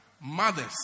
mothers